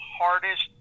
hardest